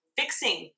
fixing